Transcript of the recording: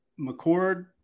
McCord